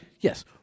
Yes